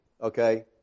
okay